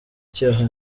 cyaha